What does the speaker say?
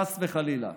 חס וחלילה.